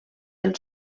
del